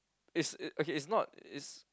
is okay is not is